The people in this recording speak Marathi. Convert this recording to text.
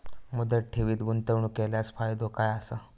मुदत ठेवीत गुंतवणूक केल्यास फायदो काय आसा?